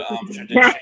tradition